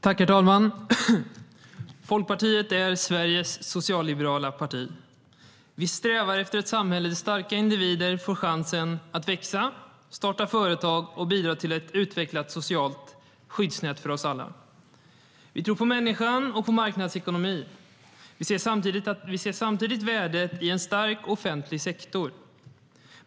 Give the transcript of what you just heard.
Herr talman! Folkpartiet är Sveriges socialliberala parti. Vi strävar efter ett samhälle där starka individer får chansen att växa, starta företag och bidra till ett utvecklat socialt skyddsnät för oss alla. Vi tror på människan och på marknadsekonomin. Vi ser samtidigt värdet i en stark offentlig sektor.